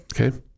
Okay